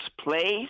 place